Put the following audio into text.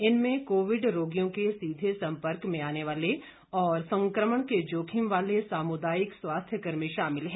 इनमें कोविड रोगियों के सीधे संपर्क में आने वाले और संक्रमण के जोखिम वाले सामुदायिक स्वास्थ्य कर्मी शामिल हैं